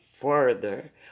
further